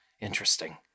Interesting